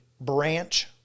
branch